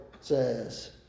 says